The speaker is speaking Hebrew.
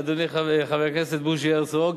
אדוני חבר הכנסת בוז'י הרצוג,